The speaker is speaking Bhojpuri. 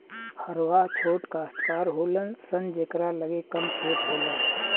हरवाह छोट कास्तकार होलन सन जेकरा लगे कम खेत होला